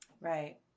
Right